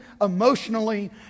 emotionally